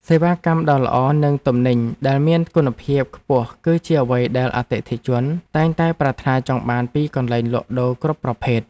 សេវាកម្មដ៏ល្អនិងទំនិញដែលមានគុណភាពខ្ពស់គឺជាអ្វីដែលអតិថិជនតែងតែប្រាថ្នាចង់បានពីកន្លែងលក់ដូរគ្រប់ប្រភេទ។